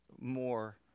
more